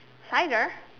hi there